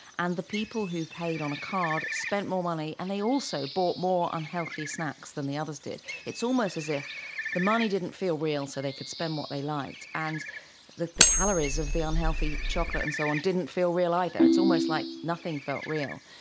and the people who paid on a card spent more money and they also bought more unhealthy snacks than the others did. it's almost as if the money didn't feel real, so they could spend what they liked. and the the calories of the unhealthy chocolate and so on didn't feel real either. it's almost like nothing felt real.